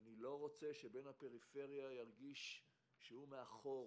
אני לא רוצה שבן הפריפריה ירגיש שהוא מאחור.